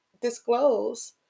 disclose